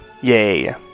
Yay